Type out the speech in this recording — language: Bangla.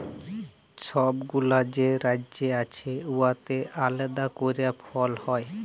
ছব গুলা যে রাজ্য আছে উয়াতে আলেদা ক্যইরে ফল হ্যয়